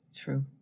True